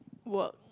work